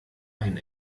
ein